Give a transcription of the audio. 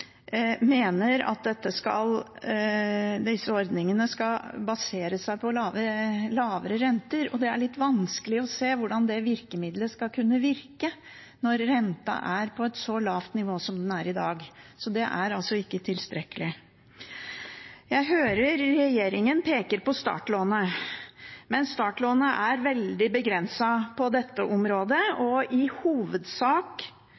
mener at disse ordningene skal basere seg på lavere renter. Det er litt vanskelig å se hvordan det virkemiddelet skal kunne virke når renten er på et så lavt nivå som i dag. Så det er ikke tilstrekkelig. Jeg hører regjeringen peke på startlånet, men startlånet er veldig begrenset på dette området